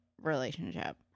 relationship